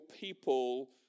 people